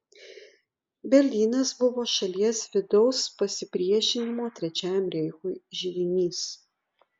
berlynas buvo šalies vidaus pasipriešinimo trečiajam reichui židinys